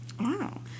Wow